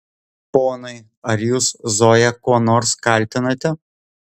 ponai ar jūs zoją kuo nors kaltinate